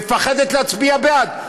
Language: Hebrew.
מפחדת להצביע בעד.